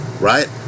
right